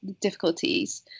difficulties